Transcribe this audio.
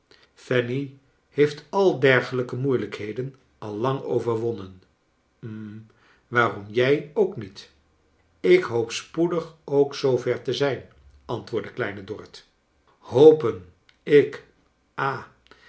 fanny heeft al dergelijke moeilijkheden al lang overwonnen hm waarom jij ook niet ik hoop spoedig ook zoover te zijn antwoordde kleine dorrit hopen ik